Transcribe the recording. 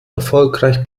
erfolgreich